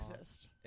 Exist